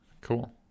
Cool